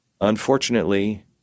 unfortunately